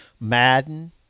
Madden